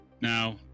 Now